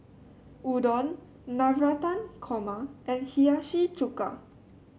Udon Navratan Korma and Hiyashi Chuka